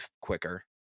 quicker